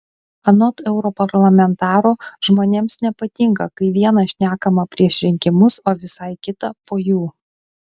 anot europarlamentaro žmonėms nepatinka kai viena šnekama prieš rinkimus o visai kita po jų